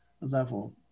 level